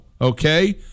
Okay